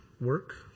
work